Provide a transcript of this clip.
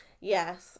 Yes